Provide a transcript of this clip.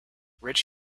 rich